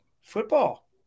football